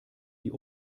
die